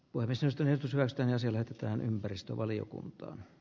varsin tunnettu soistaan selvitetään ympäristövaliokunta